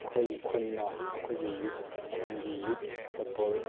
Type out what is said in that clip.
ꯑꯩꯈꯣꯏꯒꯤ ꯈꯨꯟꯅ ꯑꯩꯈꯣꯏꯒꯤ ꯌꯨꯠ ꯈꯨꯟꯒꯤ ꯌꯨꯠ ꯐꯨꯠꯕꯣꯜ